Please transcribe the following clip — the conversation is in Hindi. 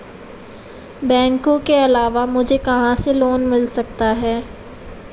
बैंकों के अलावा मुझे कहां से लोंन मिल सकता है?